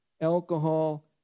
alcohol